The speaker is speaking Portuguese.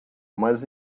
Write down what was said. mas